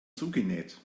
zugenäht